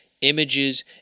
images